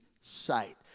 sight